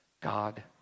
God